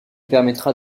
permettra